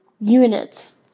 units